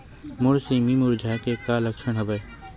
मोर सेमी मुरझाये के का लक्षण हवय?